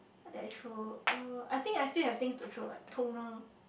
I think I throw uh I think I still have things to throw like toner